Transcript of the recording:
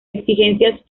exigencias